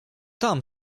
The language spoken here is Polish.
tam